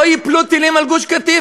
לא ייפלו טילים על גוש-קטיף,